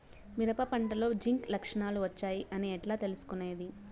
మిరప పంటలో జింక్ లక్షణాలు వచ్చాయి అని ఎట్లా తెలుసుకొనేది?